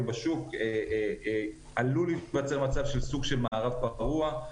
בשוק - עלול להיווצר מצב של סוג של מערב פרוע,